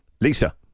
Lisa